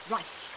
Right